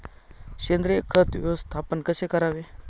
सेंद्रिय खत व्यवस्थापन कसे करावे?